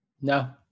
No